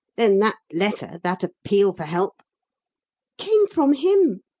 then that letter, that appeal for help came from him!